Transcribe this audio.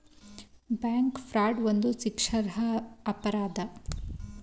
bank fraud ಒಂದು ಶಿಕ್ಷಾರ್ಹ ಅಪರಾಧ